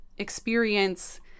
experience